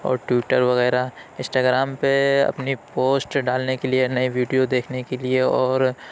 اور ٹویٹر وغیرہ Instagram پہ اپنی پوسٹ ڈالنے کے لیے نئی ویڈیو دیکھنے کے لیے اور